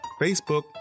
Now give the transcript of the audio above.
Facebook